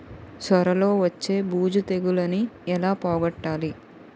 సొర లో వచ్చే బూజు తెగులని ఏల పోగొట్టాలి?